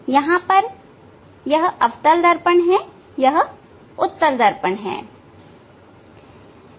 यहां यह अवतल दर्पण है और यह उत्तल दर्पण है